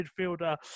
midfielder